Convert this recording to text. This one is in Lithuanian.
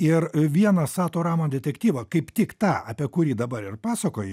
ir vieną sato ramo detektyvą kaip tik tą apie kurį dabar ir pasakoji